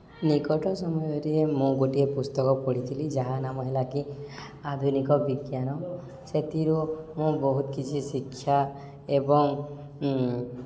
ନିକଟ ସମୟରେ ମୁଁ ଗୋଟିଏ ପୁସ୍ତକ ପଢ଼ିଥିଲି ଯାହା ନାମ ହେଲା କି ଆଧୁନିକ ବିଜ୍ଞାନ ସେଥିରୁ ମୁଁ ବହୁତ କିଛି ଶିକ୍ଷା ଏବଂ